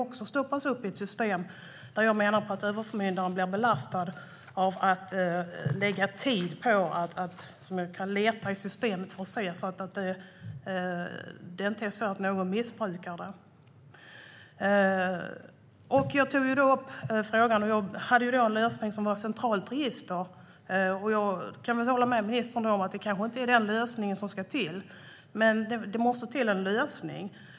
Den hjälpen stoppas i ett system där jag menar att överförmyndaren blir belastad av att behöva lägga tid på att leta i systemet för att kontrollera att det inte sker något missbruk. Jag har föreslagit en lösning med ett centralt register. Jag kan hålla med ministern om att det kanske inte är den lösningen som ska användas, men det måste bli en lösning.